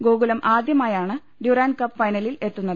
ഗോകുലം ആദ്യമായാണ് Durand cup ഫൈന ലിൽ എത്തുന്നത്